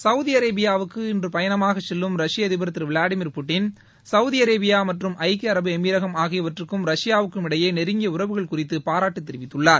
Saudi அரேபியாவுக்கு இன்று பயணமாக செல்லும் ரஷ்ய அதிபர் விளாடிமீர் புட்டின் சவுதி அரேபியா மற்றும் ஐக்கிய அரபு எமிரகம் ஆகியவற்றக்கும் ரஷ்யாவுக்கும் இடையே நெருங்கிய உறவுகள் குறித்து பாராட்டு தெரிவித்துள்ளார்